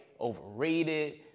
Overrated